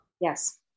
Yes